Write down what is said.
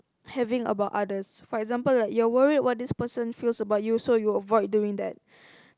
having about others for example like you are worried what this person feels about you so avoid doing that